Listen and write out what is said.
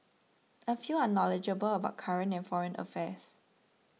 a few are knowledgeable about current and foreign affairs